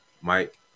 Mike